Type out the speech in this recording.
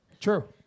True